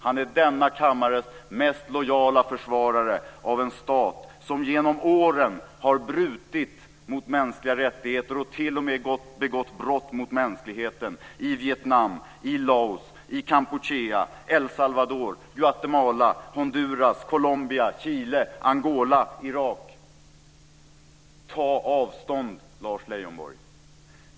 Han är denna kammares mest lojala försvarare av en stat som genom åren har brutit mot mänskliga rättigheter och t.o.m. begått brott mot mänskligheten i Vietnam, Laos, Kampuchea, El Salvador, Guatemala, Honduras, Colombia, Chile, Angola och Irak. Ta avstånd, Lars Leijonborg!